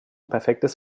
perfektes